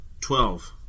twelve